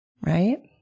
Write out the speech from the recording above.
Right